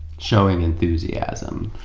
showing enthusiasm.